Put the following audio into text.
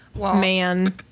man